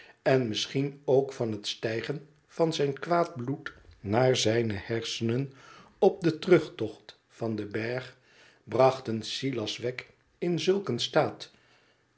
en misschien ook het stijgen van zijn kwaad bloed naar zijne hersenen op den terugtocht van den berg brachten silaswegg in zulk een staat